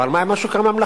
אבל מה עם השוק הממלכתי?